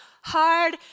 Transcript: hard